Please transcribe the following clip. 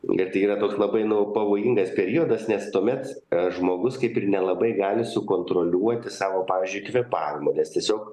bet yra toks labai nu pavojingas periodas nes tuomet a žmogus kaip ir nelabai gali sukontroliuoti savo pavyzdžiui kvėpavimo nes tiesiog